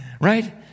right